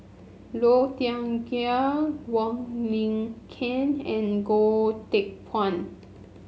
Low Thia Khiang Wong Lin Ken and Goh Teck Phuan